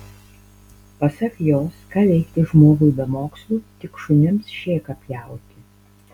pasak jos ką veikti žmogui be mokslų tik šunims šėką pjauti